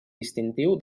distintiu